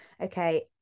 Okay